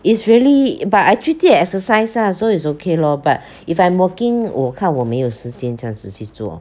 it's really but I treat it as exercise lah so is okay lor but if I'm working 我看我没有时间这样子去做